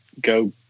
go